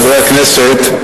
חברי הכנסת,